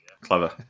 Clever